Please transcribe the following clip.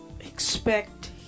expect